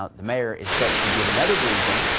ah the mayor is set to give another briefing.